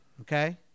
okay